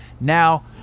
Now